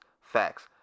Facts